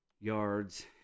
yards